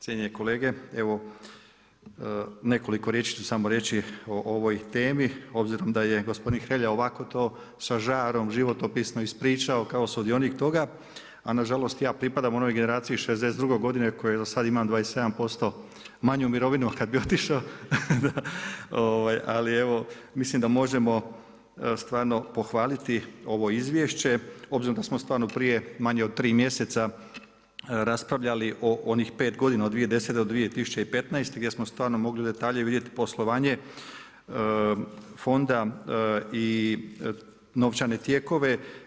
Cijenjeni kolege, evo nekoliko riječi ću samo reći o ovoj temi, obzirom da je gospodin Hrelja ovako to, sa žarom, životopisno ispričao kao sudionik toga, ali nažalost ja pripadam onoj generaciji 62 godine, koje do sad imam 27% manju mirovinu, kad bi otišao, ali mislim da možemo stvarno pohvaliti ovo izvješće, obzirom da smo stvarno prije manje od 3 mjeseca raspravljali o onih 5 godina, od 2010.-2015. gdje smo stvarno mogli detaljnije vidjeti poslovanje fonda i novčane tijekove.